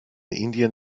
indien